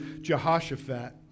Jehoshaphat